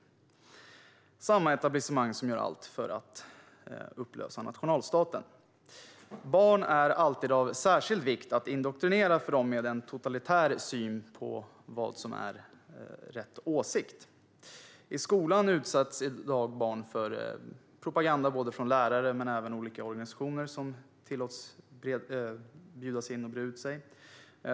Det är samma etablissemang som gör allt för att upplösa nationalstaten. För dem med en totalitär syn på vad som är rätt åsikt är det av särskild vikt att indoktrinera barn. I skolan utsätts i dag barn för propaganda både från lärare och från olika organisationer som tillåts bjudas in och breda ut sig.